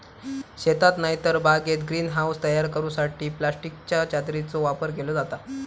शेतात नायतर बागेत ग्रीन हाऊस तयार करूसाठी प्लास्टिकच्या चादरीचो वापर केलो जाता